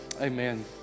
Amen